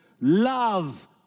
Love